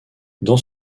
dans